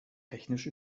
technisch